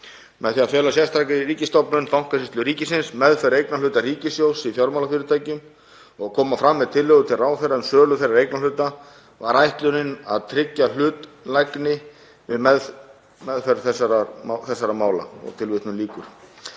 „Með því að fela sérstakri ríkisstofnun, Bankasýslu ríkisins, meðferð eignarhluta ríkissjóðs í fjármálafyrirtækjum og að koma fram með tillögur til ráðherra um sölu þeirra eignarhluta var ætlunin að tryggja hlutlægni við meðferð þessara mála.“ Frá hruni hefur